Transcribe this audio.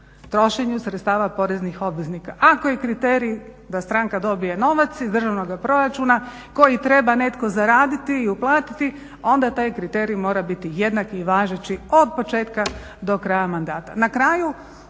trošenju sredstava poreznih obveznika. Ako je kriterij da stranka dobije novac iz državnoga proračuna koji treba netko zaraditi i uplatiti onda taj kriterij mora biti jednak i važeći od početka do kraja mandata.